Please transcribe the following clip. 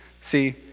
See